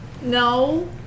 No